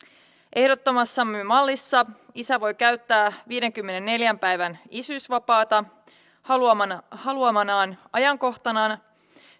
ehdottamassamme mallissa isä voi käyttää viidenkymmenenneljän päivän isyysvapaata haluamanaan haluamanaan ajankohtana